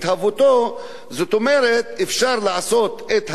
זאת אומרת אפשר לעשות את הניתוח הקטן,